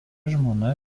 žmona